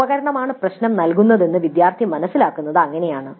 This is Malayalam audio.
ഉപകരണമാണ് പ്രശ്നം നൽകുന്നത് എന്ന് വിദ്യാർത്ഥി മനസ്സിലാക്കുന്നത് അങ്ങനെയാണ്